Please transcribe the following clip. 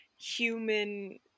human